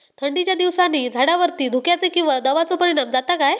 थंडीच्या दिवसानी झाडावरती धुक्याचे किंवा दवाचो परिणाम जाता काय?